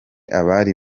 abari